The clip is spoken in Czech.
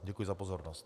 Děkuji za pozornost.